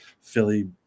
Philly